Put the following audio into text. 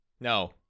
No